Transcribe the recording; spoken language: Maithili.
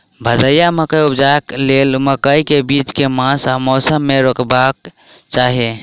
भदैया मकई उपजेबाक लेल मकई केँ बीज केँ मास आ मौसम मे रोपबाक चाहि?